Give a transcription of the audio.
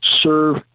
serve